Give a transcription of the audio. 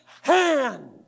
hand